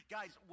Guys